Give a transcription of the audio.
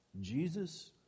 Jesus